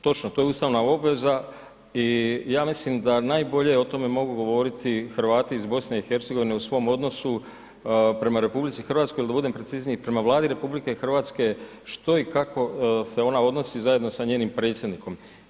Točno to je ustavna obveza i ja mislim da najbolje o tome mogu govoriti Hrvati iz BiH u svom odnosu prema RH il da budem precizniji prema Vladi RH, što i kako se ona odnosi zajedno sa njenim predsjednikom.